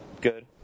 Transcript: good